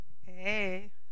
Hey